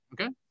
okay